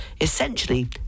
Essentially